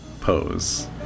pose